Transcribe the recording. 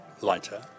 lighter